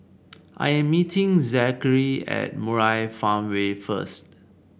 I am meeting Zachery at Murai Farmway first